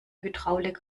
hydraulik